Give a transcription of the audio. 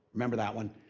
remember that one?